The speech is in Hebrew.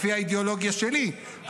לפי האידיאולוגיה שלי.